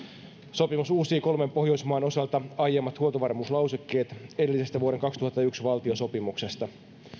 sopimus uusii kolmen pohjoismaan osalta aiemmat huoltovarmuuslausekkeet edellisestä vuoden kaksituhattayksi valtiosopimuksesta tanska